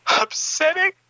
upsetting